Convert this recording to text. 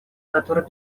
который